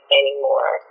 anymore